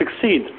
succeed